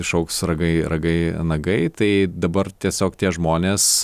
išaugs ragai ragai nagai tai dabar tiesiog tie žmonės